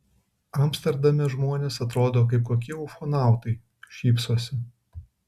amsterdame žmonės atrodo kaip kokie ufonautai šypsosi